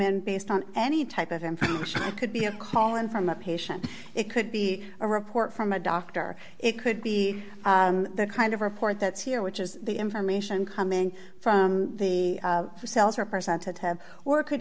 in based on any type of infanticide could be a call in from a patient it could be a report from a doctor it could be the kind of report that's here which is the information coming from the sales representative or it could